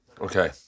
Okay